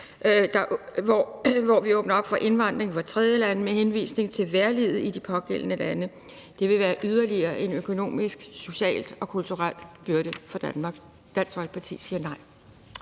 at vi åbner op for indvandring fra tredjelande med henvisning til vejrliget i de pågældende lande. Det vil være yderligere en økonomisk, social og kulturel byrde for Danmark. Dansk Folkeparti siger nej.